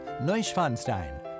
Neuschwanstein